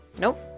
Nope